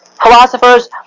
philosophers